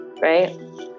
right